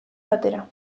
batera